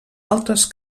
altres